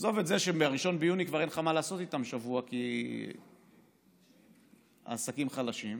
עזוב את זה שב-1 ביוני כבר אין לך מה לעשות איתם שבוע כי העסקים חלשים,